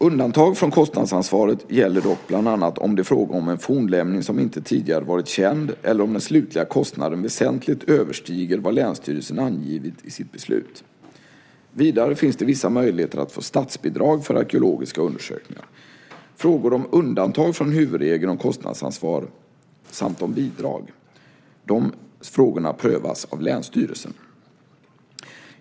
Undantag från kostnadsansvaret gäller dock bland annat om det är fråga om en fornlämning som inte tidigare varit känd eller om den slutliga kostnaden väsentligt överstiger vad länsstyrelsen angivit i sitt beslut. Vidare finns det vissa möjligheter att få statsbidrag för arkeologiska undersökningar. Frågor om undantag från huvudregeln om kostnadsansvar samt om bidrag prövas av länsstyrelsen.